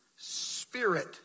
spirit